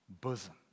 bosom